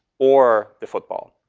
or the football.